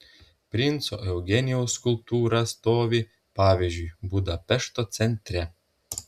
princo eugenijaus skulptūra stovi pavyzdžiui budapešto centre